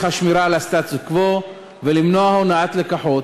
השמירה על הסטטוס-קוו ולמנוע הונאת לקוחות,